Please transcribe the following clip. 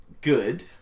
good